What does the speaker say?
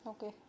Okay